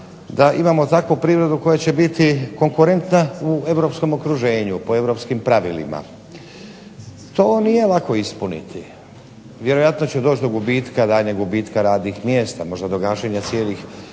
da imamo takvu privredu koja će biti konkurentna u europskom okruženju, po europskim pravilima. To nije lako ispuniti. Vjerojatno će doći do gubitka, daljnjeg gubitka radnih mjesta, možda do gašenja cijelih